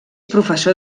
professor